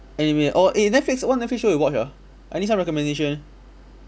anime orh eh netflix what netflix show you watch ah I need some recommendation